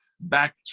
back